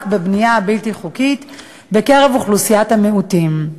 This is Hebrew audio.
בבנייה הבלתי-חוקית בקרב אוכלוסיית המיעוטים.